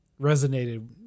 resonated